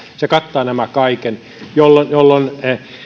se kattaa kaiken jolloin jolloin